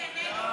יעל כהן-פארן,